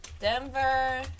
Denver